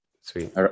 Sweet